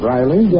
Riley